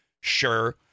Sure